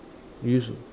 use